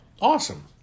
Awesome